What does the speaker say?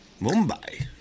Mumbai